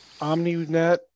OmniNet